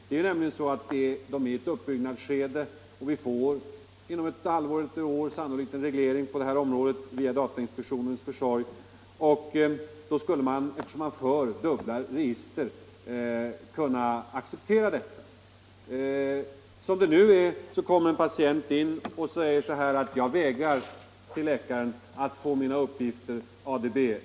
Det är nämligen så, att det nu pågår ett uppbyggnadsskede och att vi sannolikt inom ett halvår eller ett år får en reglering på det här området via datainspektionens försorg. Eftersom det förs dubbla register skulle man kunna acceptera detta. Som det nu är kommer kanske en patient in till läkaren och säger att han vägrar att låta ADB-registrera sina uppgifter.